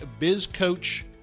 bizcoach